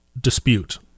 dispute